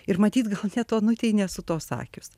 ir matyt gal net onutei nesu to sakius